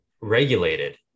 regulated